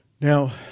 Now